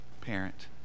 parent